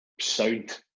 sound